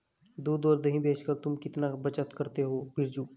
दूध और दही बेचकर तुम कितना बचत करते हो बिरजू?